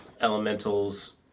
Elemental's